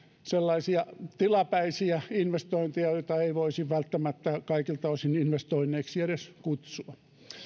sellaisia tilapäisiä investointeja joita ei voisi välttämättä kaikilta osin investoinneiksi edes kutsua